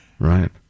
Right